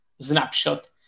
snapshot